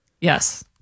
Yes